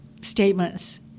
statements